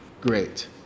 Great